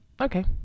Okay